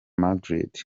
madrid